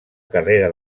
carrera